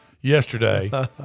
yesterday